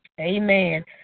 Amen